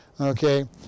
Okay